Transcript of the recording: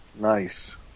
nice